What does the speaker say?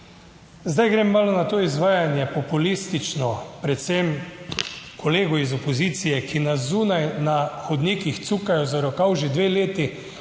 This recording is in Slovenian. Zdaj grem malo na to izvajanje populistično predvsem kolegov iz opozicije, ki na zunaj na hodnikih cukajo za rokav že dve leti,